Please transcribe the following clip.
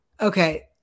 okay